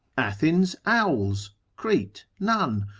athens owls, crete none?